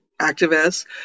activists